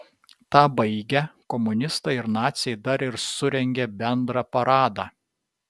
tą baigę komunistai ir naciai dar ir surengė bendrą paradą